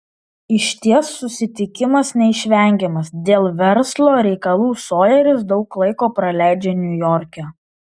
išties susitikimas neišvengiamas dėl verslo reikalų sojeris daug laiko praleidžia niujorke